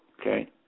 Okay